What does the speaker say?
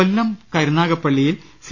കൊല്ലം കരുനാഗപ്പള്ളിയിൽ സി